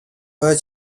where